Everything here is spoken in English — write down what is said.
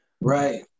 Right